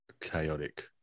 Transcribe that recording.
chaotic